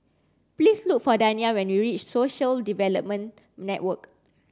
please look for Dania when you reach Social Development Network